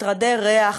מטרדי ריח,